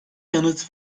yanıt